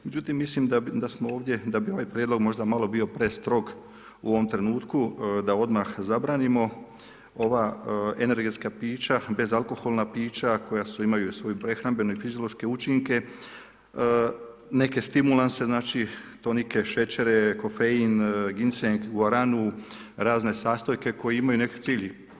Međutim, mislim da smo ovdje da bi ovaj prijedlog možda malo bio prestrog u ovom trenutku da odmah zabranimo, ova energetska pića, bezalkoholna pića koja svi imaju svoje prehrambene i fiziološke učinke, neke stimulanse, znači neke šećere, kofein, ginseng, guaranu, razne sastojke koji imaju neki cilj.